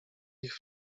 ich